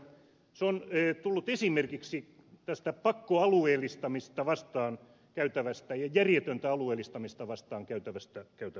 se on tullut esimerkiksi tästä pakkoalueellistamista vastaan käytävästä ja järjetöntä alueellistamista vastaan käytävästä kamppailusta